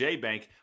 J-Bank